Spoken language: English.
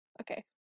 Okay